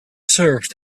served